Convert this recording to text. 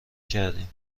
کردیم